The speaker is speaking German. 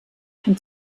kann